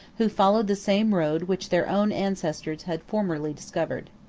who followed the same road which their own ancestors had formerly discovered.